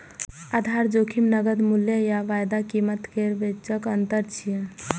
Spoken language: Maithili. आधार जोखिम नकद मूल्य आ वायदा कीमत केर बीचक अंतर छियै